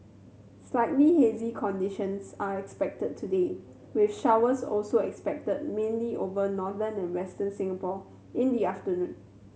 slightly hazy conditions are expected today with showers also expected mainly over northern and Western Singapore in the afternoon